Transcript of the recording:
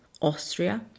Austria